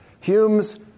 Hume's